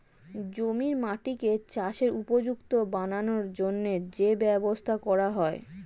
জমির মাটিকে চাষের উপযুক্ত বানানোর জন্যে যে ব্যবস্থা করা হয়